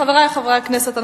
חברי חברי הכנסת,